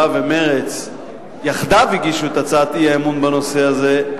ומרצ יחדיו הגישו את הצעת האי-אמון בנושא הזה,